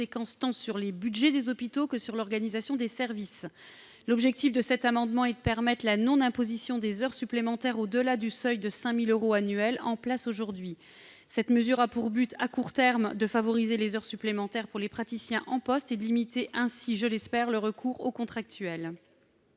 tant sur les budgets des hôpitaux que sur l'organisation des services. Son objet est de permettre la non-imposition des heures supplémentaires au-delà du seuil de 5 000 euros annuels en place aujourd'hui. Cette mesure a pour but, à court terme, de favoriser les heures supplémentaires pour les praticiens en poste, et de limiter ainsi, je l'espère, le recours aux contractuels.